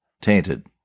tainted